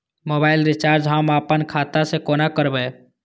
Mobile recharge हम आपन खाता से कोना करबै?